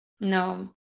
no